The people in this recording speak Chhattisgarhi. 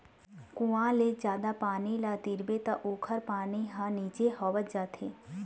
कुँआ ले जादा पानी ल तिरबे त ओखर पानी ह नीचे होवत जाथे